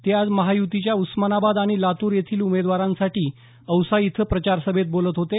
ते आज महाय़्तीच्या उस्मानाबाद आणि लातूर येथील उमेदवारांसाठी औसा इथं प्रचार सभेत बोलत होते